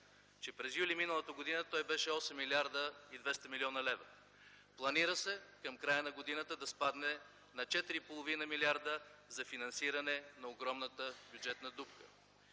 че през м. юли м.г. той беше 8 млрд. 200 млн. лв., планира се към края на годината да спадне на 4,5 милиарда за финансиране на огромната бюджетна дупка.